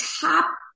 top